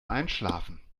einschlafen